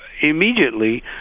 immediately